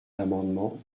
l’amendement